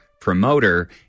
promoter